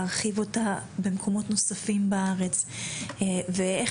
להרחיב אותה במקומות נוספים בארץ ואיך